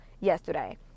yesterday